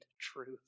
truth